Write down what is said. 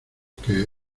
que